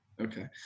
Okay